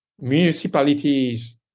municipalities